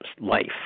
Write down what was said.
Life